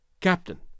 Captain